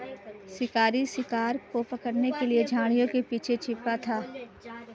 शिकारी शिकार को पकड़ने के लिए झाड़ियों के पीछे छिपा था